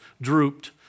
drooped